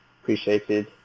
appreciated